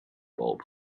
bulb